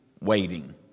waiting